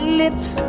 lips